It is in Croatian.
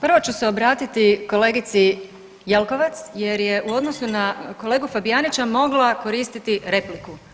Prvo ću se obratiti kolegici Jelkovec jer je u odnosu na kolegu Fabijanića mogla koristiti repliku.